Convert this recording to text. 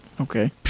Okay